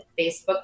Facebook